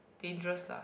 dangerous lah